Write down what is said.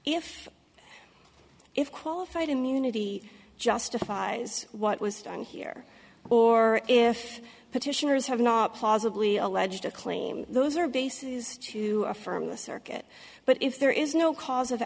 if if qualified immunity justifies what was done here or if petitioners have not plausibly alleged a claim those are bases to affirm the circuit but if there is no cause of